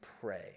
pray